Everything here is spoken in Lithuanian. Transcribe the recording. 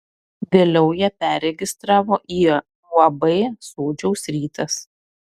vėliau ją perregistravo į uab sodžiaus rytas